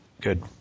Good